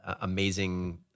amazing